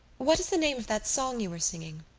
what is the name of that song you were singing?